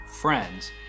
friends